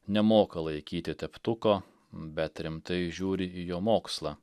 nemoka laikyti teptuko bet rimtai žiūri į jo mokslą